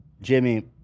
Jimmy